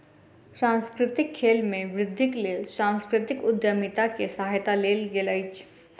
सांस्कृतिक खेल में वृद्धिक लेल सांस्कृतिक उद्यमिता के सहायता लेल गेल अछि